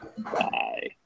Bye